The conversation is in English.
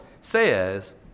says